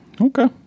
okay